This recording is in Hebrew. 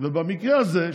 במקרה הזה,